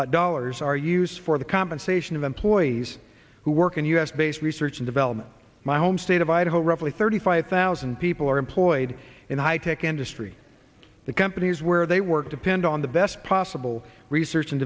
credits dollars are used for the compensation of employees who work in u s based research and development my home state of idaho roughly thirty five thousand people are employed in a high tech industry the companies where they work depend on the best possible research and